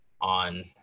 on